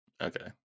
okay